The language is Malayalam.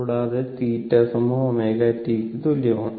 കൂടാതെ θωt ന് തുല്യമാണ്